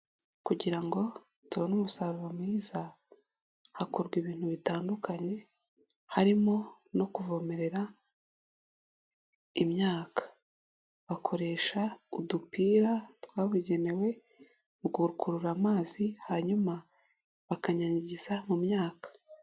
Kugira ngo tubone umusaruro mwiza hakorwa ibintu bitandukanye harimo no kuvomerera imyaka, bakoresha udupira twabugenewe mu gukurura amazi hanyuma bakanyanyagiza mu myaka.